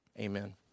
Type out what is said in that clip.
amen